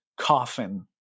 Coffin